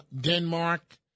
Denmark